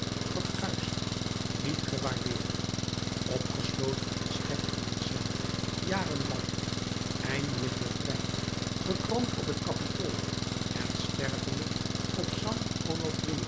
verguisd niet gewaardeerd opgesloten als gek in een cel jaren lang eindelijk bevrijd gekroond op het kapitool en stervende op san